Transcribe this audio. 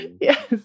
Yes